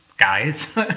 guys